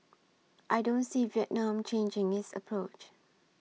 I don't see Vietnam changing its approach